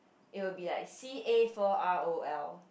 it will be like C A four R O L